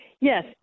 Yes